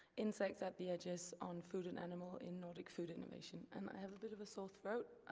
insects at the edges on food and animal in nordic food innovation. and i have a bit of a sore throat,